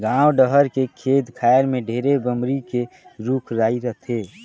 गाँव डहर के खेत खायर में ढेरे बमरी के रूख राई रथे